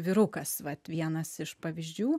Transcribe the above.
vyrukas vat vienas iš pavyzdžių